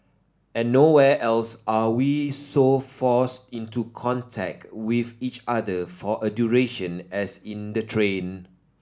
and nowhere else are we so forced into contact with each other for a duration as in the train